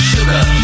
Sugar